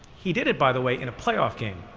he did it, by the way, in a playoff game.